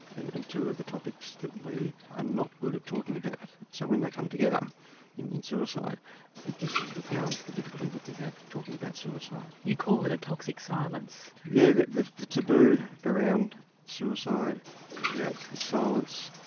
and and two of the topics that we are not good at talking about so when they come together in suicide it just compounds the difficulty that we have talking about suicide. you call it a toxic silence. yeah yes, the the taboo around suicide creates the silence,